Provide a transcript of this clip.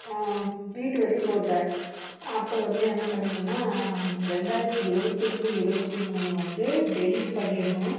வீட்டு வரி போட்டேன் அப்போ வந்து என்ன பண்ணிட்டேன்னா ரெண்டாயிரத்தி இருபத்தி ரெண்டு இருபத்தி மூணு வந்து டெலிட் பண்ணிடணும்